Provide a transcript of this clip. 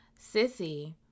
sissy